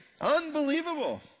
unbelievable